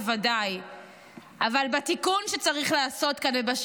בוודאי אבל בתיקון שצריך לעשות כאן,